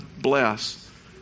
bless